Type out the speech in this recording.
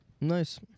Nice